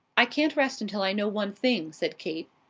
i can't rest until i know one thing, said kate.